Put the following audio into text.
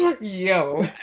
Yo